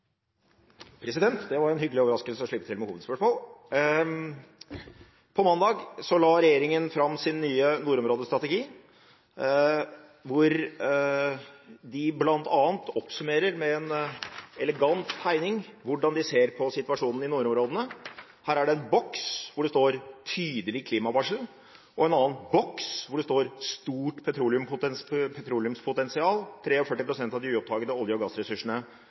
Det var en hyggelig overraskelse å få slippe til med hovedspørsmål. På mandag la regjeringen fram sin nye nordområdestrategi, hvor de bl.a. oppsummerer med en elegant tegning hvordan de ser på situasjonen i nordområdene. Her er det en boks hvor det står «Tydelig klimavarsel», og en annen boks hvor det står «Stort petroleumspotensial», 43 pst. av de uoppdagede olje- og gassressursene